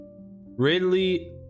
Ridley